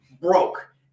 broke